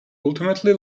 ultimately